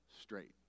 straight